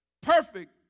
perfect